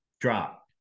drop